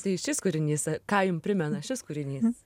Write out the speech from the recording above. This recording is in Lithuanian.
tai šis kūrinys ką jum primena šis kūrinys